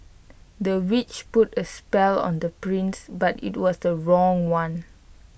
the witch put A spell on the prince but IT was the wrong one